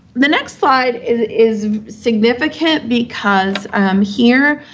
the next slide is significant because um here,